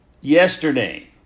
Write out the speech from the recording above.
yesterday